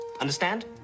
Understand